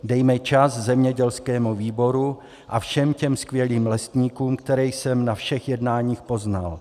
Dejme čas zemědělskému výboru a všem těm skvělým lesníkům, které jsem na všech jednáních poznal.